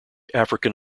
african